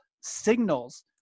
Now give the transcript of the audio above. signals